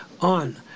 on